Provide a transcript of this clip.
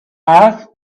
asked